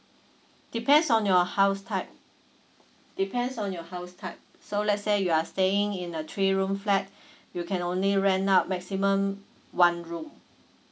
depends on your house type depends on your house type so let's say you are staying in a three room flat you can only rent up maximum one room